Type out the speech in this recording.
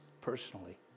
personally